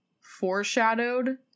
foreshadowed